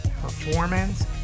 performance